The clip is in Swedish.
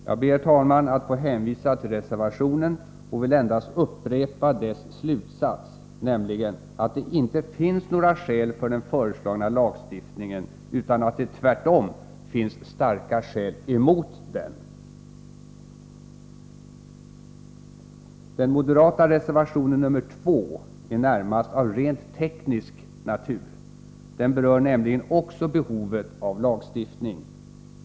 Jag ber, herr talman, att få hänvisa till reservationen och vill endast upprepa dess slutsats, nämligen att det inte finns några skäl för den föreslagna lagstiftningen, utan att det tvärtom finns starka skäl emot den. Den moderata reservationen 2 är närmast av rent teknisk natur. Den berör nämligen också behovet av lagstiftning.